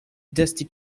dusty